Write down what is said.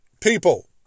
People